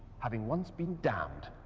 having once been damned,